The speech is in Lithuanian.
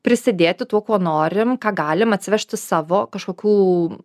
prisidėti tuo kuo norim ką galima atsivežti savo kažkokių